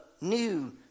New